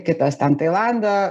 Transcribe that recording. kitas ten tailando